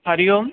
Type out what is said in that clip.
Hari Om